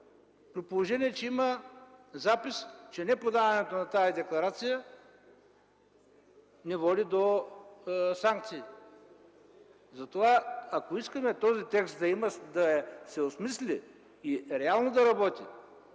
при положение че има запис, че неподаването на тази декларация не води до санкции. Затова, ако искаме този текст да се осмисли и реално да работи